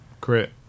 Crit